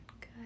good